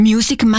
Music